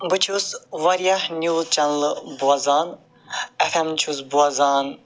بہٕ چھُس واریاہ نِوٕز چَنلہٕ بوزان ایٚف ایٚم چھُس بوزان